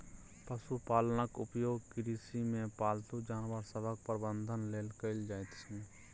पशुपालनक उपयोग कृषिमे पालतू जानवर सभक प्रबंधन लेल कएल जाइत छै